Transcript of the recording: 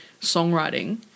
songwriting